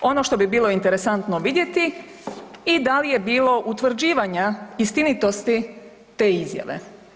Ono što bi bilo interesantno vidjeti i dal je bilo utvrđivanja istinitosti te izjave.